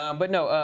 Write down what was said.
um but no,